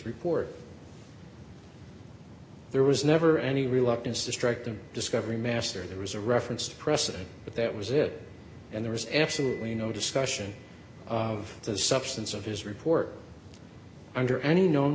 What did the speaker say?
report there was never any reluctance to strike the discovery master the reserve referenced precedent but that was it and there was absolutely no discussion of the substance of his report under any known